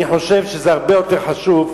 אני חושב שזה הרבה יותר חשוב,